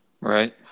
Right